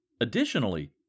Additionally